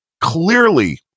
clearly